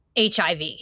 HIV